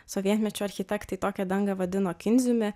sovietmečiu architektai tokią dangą vadino kinziumi